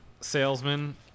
salesman